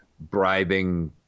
bribing